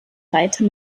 reiter